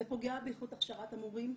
זה פוגע באיכות הכשרת המורים.